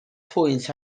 pwynt